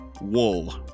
Wool